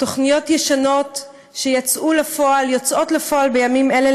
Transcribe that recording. תוכניות ישנות שיוצאות לפועל בימים אלה,